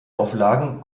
auflagen